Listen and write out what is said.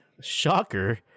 Shocker